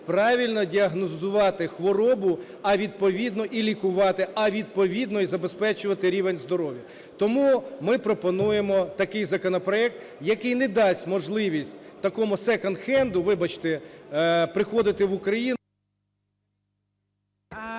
правильно діагностувати хворобу, а відповідно, і лікувати, а відповідно, і забезпечувати рівень здоров'я. Тому ми пропонуємо такий законопроект, який не дасть можливість такому "секонд-хенду", вибачте, приходити в Україну…